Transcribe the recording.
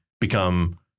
become